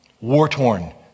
War-torn